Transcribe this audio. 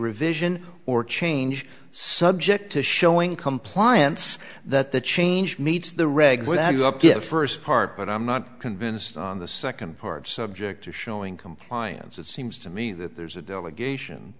revision or change subject to showing compliance that the change meets the regs without you up to first part but i'm not convinced on the second part subject to showing compliance it seems to me that there's a delegation